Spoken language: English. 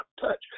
touch